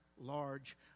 large